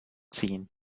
seen